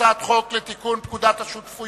הצעת חוק לתיקון פקודת השותפויות